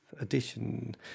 edition